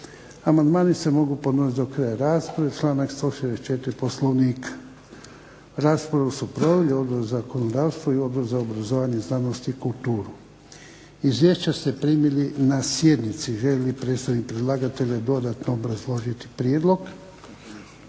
Amandmani se mogu podnositi do kraja rasprave članak 164. Poslovnika. Raspravu su proveli Odbor za zakonodavstvo i Odbor za obrazovanje, znanost i kulturu. Izvješća ste primili na sjednici, želi li predstavnik predlagatelja dodatno obrazložiti prijedlog?